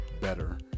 better